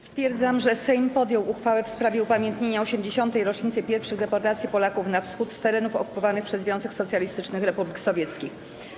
Stwierdzam, że Sejm podjął uchwałę w sprawie upamiętnienia 80. rocznicy pierwszych deportacji Polaków na Wschód z terenów okupowanych przez Związek Socjalistycznych Republik Sowieckich.